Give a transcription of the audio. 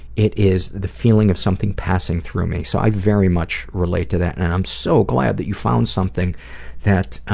it is the feeling of something passing through me. so i very much relate to that. and i'm so glad that you found something that